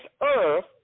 earth